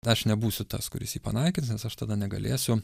aš nebūsiu tas kuris jį panaikins nes aš tada negalėsiu